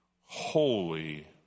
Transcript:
holy